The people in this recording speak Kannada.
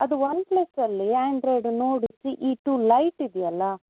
ಅದು ಒನ್ ಪ್ಲಸಲ್ಲಿ ಆಂಡ್ರಾಯ್ಡ್ ನೋಡಿ ಅದು ಸಿ ಇ ಟು ಲೈಟ್ ಇದೆಯಲ್ಲ